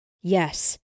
Yes